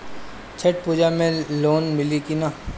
छठ पूजा मे लोन मिली की ना?